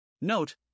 Note